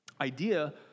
idea